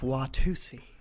Watusi